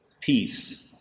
peace